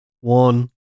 one